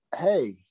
Hey